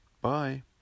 bye